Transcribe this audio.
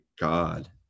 God